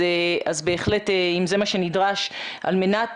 אז בהחלט אם זה מה שנדרש על מנת